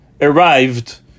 arrived